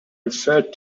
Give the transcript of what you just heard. referred